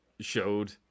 showed –